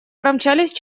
промчались